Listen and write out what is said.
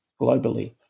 globally